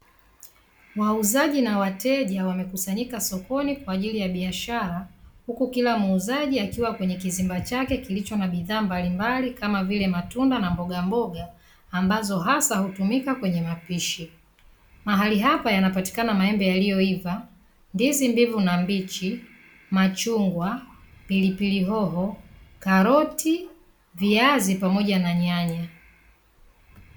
Wauzaji na wateja wamekusanyika sokoni kwa ajili ya biashara, huku kila muuzaji akiwa kwenye kizimba chake chenye bidhaa mbalimbali kama vile; matunda na mboga mboga ambazo hasa hutumika kwenye mapishi. Mahali hapa yanapatikana maembe yaliyoiva, ndizi mbivu na mbichi, machungwa, pilipili hoho, karoti, viazi pamoja na nyanya.